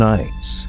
Nights